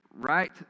right